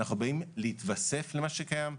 באים להתווסף על מה שקיים.